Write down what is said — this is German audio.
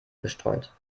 bestreut